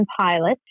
pilot